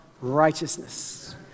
righteousness